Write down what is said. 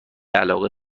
علاقه